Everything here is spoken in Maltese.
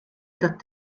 tat